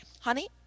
honey